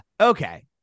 Okay